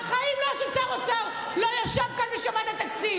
בחיים לא היה פה שר אוצר שלא ישב כאן ושמע את התקציב.